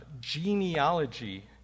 genealogy